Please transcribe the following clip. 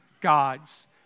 God's